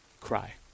cry